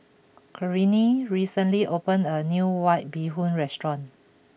Corene recently opened a new White Bee Hoon restaurant